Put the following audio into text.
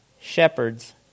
shepherd's